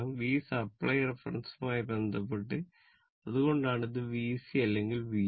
V supply റെഫറൻസുമായി ബന്ധപ്പെട്ട് അതുകൊണ്ടാണ് ഇത് VC അല്ലെങ്കിൽ VL